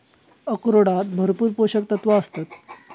अक्रोडांत भरपूर पोशक तत्वा आसतत